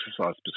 exercise